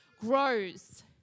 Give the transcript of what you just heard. grows